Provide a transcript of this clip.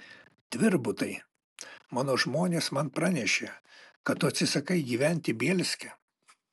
tvirbutai mano žmonės man pranešė kad tu atsisakai gyventi bielske